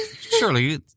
surely